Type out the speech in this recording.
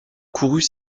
courut